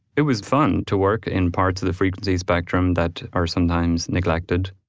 it was fun to work in parts of the frequency spectrum that are sometimes neglected.